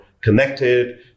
connected